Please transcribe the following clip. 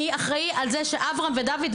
מי אחראי על זה שאברם ודוד,